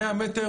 100 מטר,